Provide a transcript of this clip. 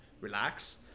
relax